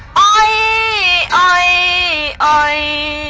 i